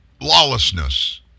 lawlessness